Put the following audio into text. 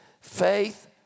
faith